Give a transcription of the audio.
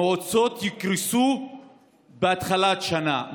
המועצות יקרסו בתחילת השנה,